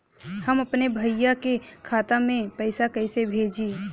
हम अपने भईया के खाता में पैसा कईसे भेजी?